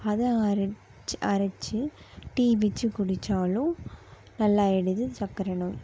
அதை அரச்சு அரச்சு டீ வச்சு குடித்தாலும் நல்லா ஆயிடுது சர்க்கரை நோய்